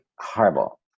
Horrible